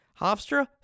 Hofstra